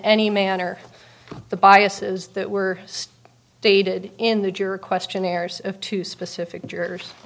any manner the biases that were still stated in the jury questionnaires of two specific jurors